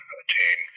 attain